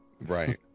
Right